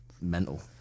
mental